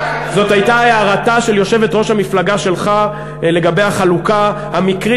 זו הייתה הערתה של יושבת-ראש המפלגה שלך לגבי החלוקה המקרית.